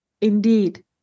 Indeed